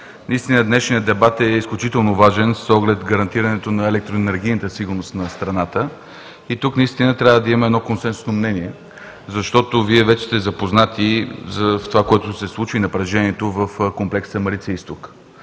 Министър! Днешният дебат е изключително важен с оглед гарантирането на електроенергийната сигурност на страната. Тук трябва да имаме консенсусно мнение. Вие вече сте запознати с това, което се случва, и напрежението в комплекса „Марица Изток“.